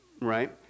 right